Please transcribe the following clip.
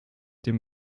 dem